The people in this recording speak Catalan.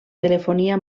telefonia